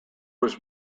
was